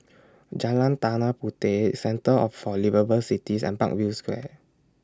Jalan Tanah Puteh Centre of For Liveable Cities and Parkview Square